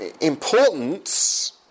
importance